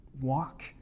walk